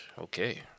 Okay